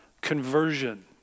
conversion